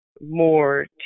more